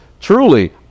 truly